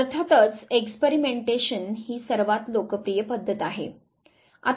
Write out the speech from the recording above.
अर्थातच एक्सपेरिमेंटेशन ही सर्वात लोकप्रिय पद्धत आहे